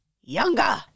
younger